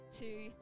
two